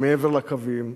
מעבר לקווים,